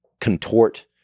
contort